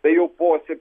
tai jau po sep